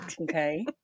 okay